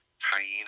hyena